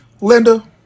Linda